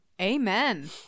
amen